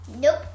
Nope